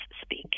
speak